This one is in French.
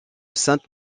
sainte